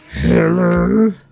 Hello